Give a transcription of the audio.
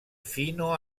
fino